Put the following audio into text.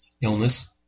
illness